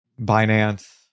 Binance